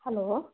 hello